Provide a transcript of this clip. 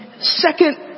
second